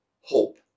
hope